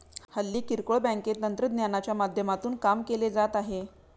हल्ली किरकोळ बँकेत तंत्रज्ञानाच्या माध्यमातून काम केले जात आहे